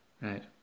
Right